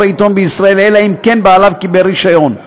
עיתון בישראל אלא אם כן בעליו קיבל רישיון.